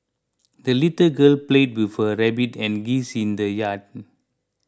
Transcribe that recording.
the little girl played with her rabbit and geese in the yard